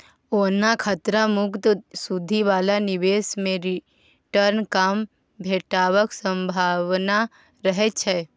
ओना खतरा मुक्त सुदि बला निबेश मे रिटर्न कम भेटबाक संभाबना रहय छै